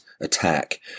attack